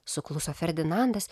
sukluso ferdinandas